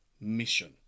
mission